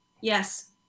Yes